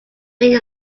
being